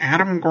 Adam